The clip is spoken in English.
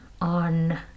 on